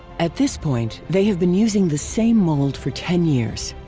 at this point, they have been using the same mold for ten years.